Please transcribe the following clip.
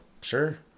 sure